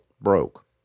broke